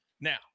Now